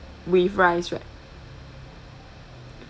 with rice right